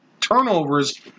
turnovers